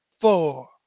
four